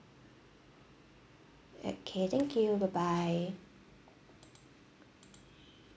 okay thank you bye bye